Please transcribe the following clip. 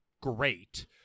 great